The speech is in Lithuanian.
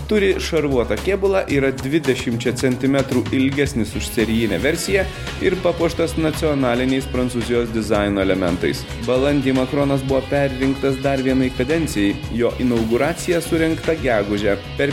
turi šarvuotą kėbulą yra dvidešimčia centimetrų ilgesnis už serijinę versiją ir papuoštas nacionaliniais prancūzijos dizaino elementais balandį makronas buvo perrinktas dar vienai kadencijai jo inauguracija surengta gegužę per